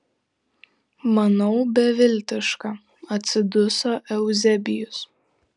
manau beviltiška atsiduso euzebijus